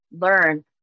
learn